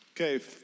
Okay